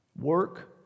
Work